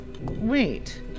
wait